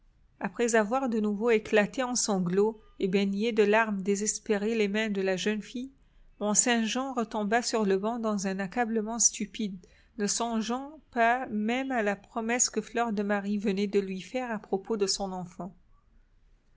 après avoir de nouveau éclaté en sanglots et baigné de larmes désespérées les mains de la jeune fille mont-saint-jean retomba sur le banc dans un accablement stupide ne songeant pas même à la promesse que fleur de marie venait de lui faire à propos de son enfant